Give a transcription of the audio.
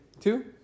Two